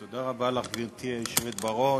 תודה רבה לך, גברתי היושבת בראש.